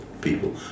people